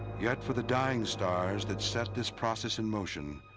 yet for the dying stars that set this process in motion,